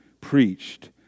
preached